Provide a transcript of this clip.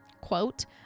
quote